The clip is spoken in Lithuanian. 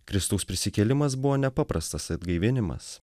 kristaus prisikėlimas buvo ne paprastas atgaivinimas